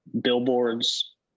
billboards